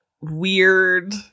weird